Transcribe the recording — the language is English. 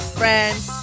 friends